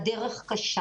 הדרך קשה